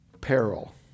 peril